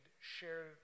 share